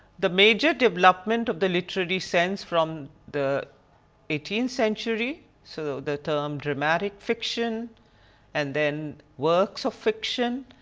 the major development of the literary sense from the eighteenth century, so the term dramatic fiction and then works of fiction,